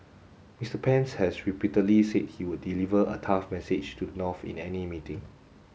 Mister Pence has repeatedly said he would deliver a tough message to the North in any meeting